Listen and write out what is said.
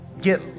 get